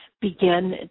begin